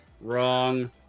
Wrong